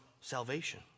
salvation